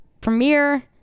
premiere